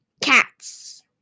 Cats